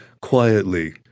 quietly